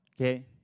Okay